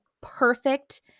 perfect